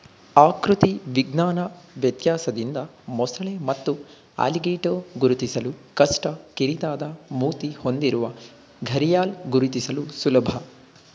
ಆಕೃತಿ ವಿಜ್ಞಾನ ವ್ಯತ್ಯಾಸದಿಂದ ಮೊಸಳೆ ಮತ್ತು ಅಲಿಗೇಟರ್ ಗುರುತಿಸಲು ಕಷ್ಟ ಕಿರಿದಾದ ಮೂತಿ ಹೊಂದಿರುವ ಘರಿಯಾಲ್ ಗುರುತಿಸಲು ಸುಲಭ